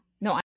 no